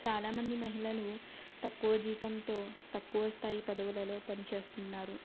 చాలా మంది మహిళలు తక్కువ జీతంతో తక్కువ స్థాయి పదవులలో పని చేస్తున్నారు